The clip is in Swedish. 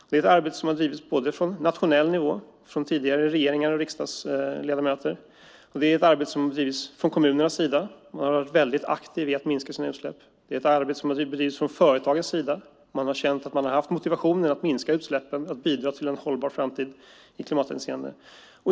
Det är ett arbete som har bedrivits på nationell nivå från tidigare regeringar och riksdagsledamöter och från kommunerna som har varit väldigt aktiva i att minska sina utsläpp. Det är ett arbete som har bedrivits från företagens sida. Man har känt att man har haft motivationen att minska utsläppen och bidra till en hållbar framtid i klimathänseende.